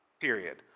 Period